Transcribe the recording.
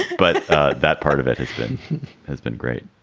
but that part of it has been has been great.